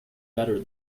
better